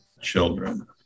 children